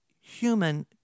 human